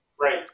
right